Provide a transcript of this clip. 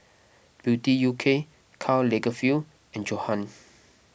Beauty U K Karl Lagerfeld and Johan